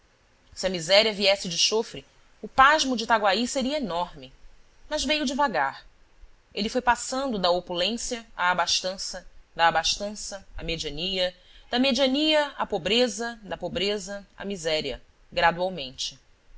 a miséria viesse de chofre o pasmo de itaguaí seria enorme mas veio devagar ele foi passando da opulência à abastança da abastança à mediania da mediania à pobreza da pobreza à miséria gradualmente